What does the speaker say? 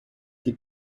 die